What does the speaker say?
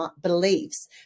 beliefs